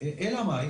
אלא מה,